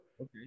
Okay